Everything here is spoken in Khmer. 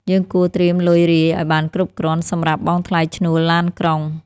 យើងគួរត្រៀមលុយរាយឱ្យបានគ្រប់គ្រាន់សម្រាប់បង់ថ្លៃឈ្នួលឡានក្រុង។